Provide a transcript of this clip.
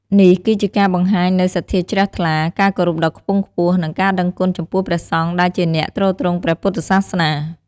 នេះគឺជាការបង្ហាញនូវសទ្ធាជ្រះថ្លា ការគោរពដ៏ខ្ពង់ខ្ពស់ និងការដឹងគុណចំពោះព្រះសង្ឃ ដែលជាអ្នកទ្រទ្រង់ព្រះពុទ្ធសាសនា។